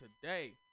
today